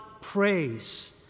praise